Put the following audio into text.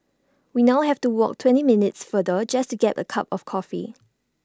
we now have to walk twenty minutes farther just to get A cup of coffee